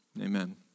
amen